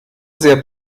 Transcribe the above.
sehr